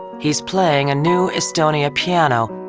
he's playing a new estonia piano,